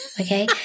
okay